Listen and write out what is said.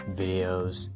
videos